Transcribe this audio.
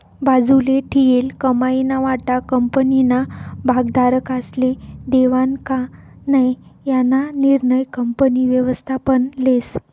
बाजूले ठीयेल कमाईना वाटा कंपनीना भागधारकस्ले देवानं का नै याना निर्णय कंपनी व्ययस्थापन लेस